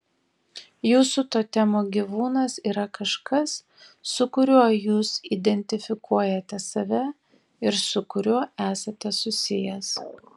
jūsų totemo gyvūnas yra kažkas su kuriuo jūs identifikuojate save ir su kuriuo esate susijęs